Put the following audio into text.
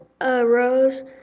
arose